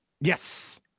yes